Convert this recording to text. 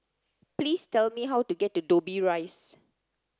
please tell me how to get to Dobbie Rise